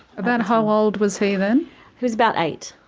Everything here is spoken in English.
about how old was he then? he was about eight.